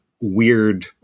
weird